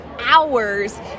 hours